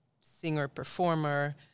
singer-performer